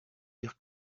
dire